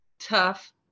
tough